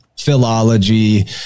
philology